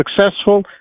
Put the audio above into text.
successful